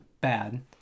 bad